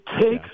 takes